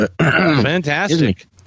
Fantastic